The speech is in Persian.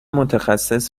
متخصص